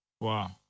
Wow